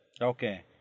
Okay